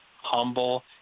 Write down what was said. humble